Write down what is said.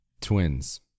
Twins